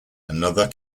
another